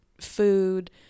food